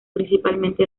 principalmente